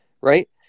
right